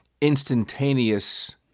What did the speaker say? instantaneous